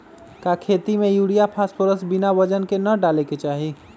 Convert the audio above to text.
का खेती में यूरिया फास्फोरस बिना वजन के न डाले के चाहि?